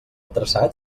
traçat